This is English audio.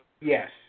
Yes